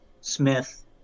Smith